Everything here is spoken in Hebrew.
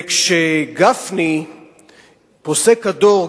וכשפוסק הדור,